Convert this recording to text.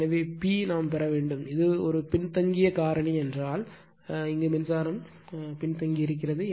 எனவே P பெற வேண்டும் இது பின்தங்கிய காரணி என்றால் மின்சாரம் பின்தங்கியிருக்கிறது